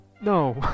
No